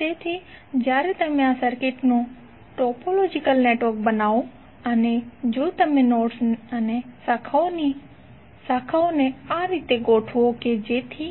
તેથી જ્યારે તમે આ સર્કિટનું ટોપોલોજીકલ નેટવર્ક બનાવો અને જો તમે નોડ્સ અને શાખાઓને આ રીતે ગોઠવો કે જેથી